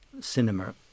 cinema